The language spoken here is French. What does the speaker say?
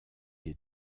des